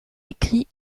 écrit